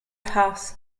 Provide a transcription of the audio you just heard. farce